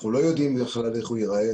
אנחנו לא יודעים איך הוא ייראה.